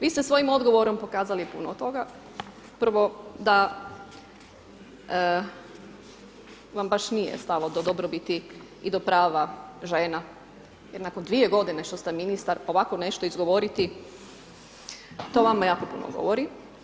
Vi ste svojim odgovorom pokazali puno toga, prvo da vam baš nije stalo do dobrobiti i do prava žena jer nakon dvije godine što ste ministar, ovako nešto izgovoriti, to o vama jako puno govori.